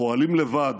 פועלים לבד.